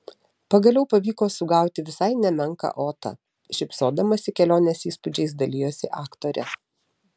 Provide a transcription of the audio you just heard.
pagaliau pavyko sugauti visai nemenką otą šypsodamasi kelionės įspūdžiais dalijosi aktorė